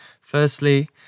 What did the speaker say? Firstly